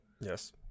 yes